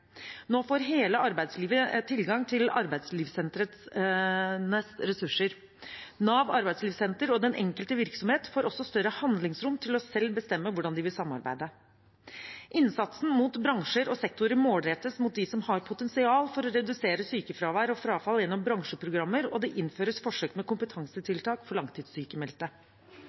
Nå får hele arbeidslivet tilgang til arbeidslivssentrenes ressurser. NAV Arbeidslivssenter og den enkelte virksomhet får også større handlingsrom til selv å bestemme hvordan de vil samarbeide. Innsatsen mot bransjer og sektorer målrettes mot dem som har potensial for å redusere sykefravær og frafall gjennom bransjeprogrammer, og det innføres forsøk med kompetansetiltak for